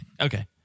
Okay